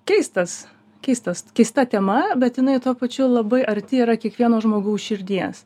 keistas keistas keista tema bet jinai tuo pačiu labai arti yra kiekvieno žmogaus širdies